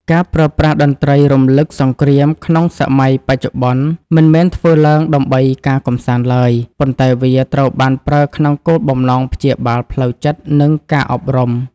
ការប្រើប្រាស់តន្ត្រីរំលឹកសង្គ្រាមក្នុងសម័យបច្ចុប្បន្ន មិនមែនធ្វើឡើងដើម្បីការកម្សាន្តឡើយ ប៉ុន្តែវាត្រូវបានប្រើក្នុងគោលបំណងព្យាបាលផ្លូវចិត្ត និងការអប់រំ។